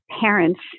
parents